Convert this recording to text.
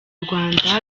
rwanda